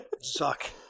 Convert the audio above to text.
Suck